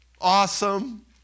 awesome